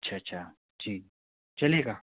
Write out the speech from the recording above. अच्छा अच्छा जी चलेगा